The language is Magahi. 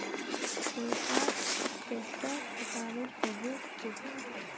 व्यापार कैडा प्रकारेर होबे चेक?